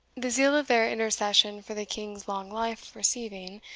the zeal of their intercession for the king's long life receiving,